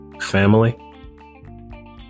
family